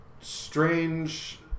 Strange